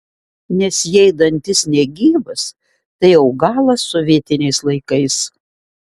nes jei dantis negyvas tai jau galas sovietiniais laikais